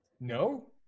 No